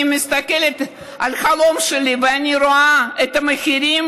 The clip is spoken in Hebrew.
מסתכלת על החלום שלי ואני רואה את המחירים,